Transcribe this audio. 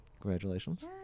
Congratulations